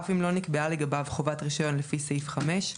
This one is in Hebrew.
אף אם לא נקבעה לגביו חובת רישיון לפי סעיף 5,